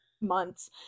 months